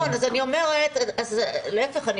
אז אני אומרת,